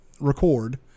record